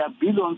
billions